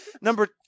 Number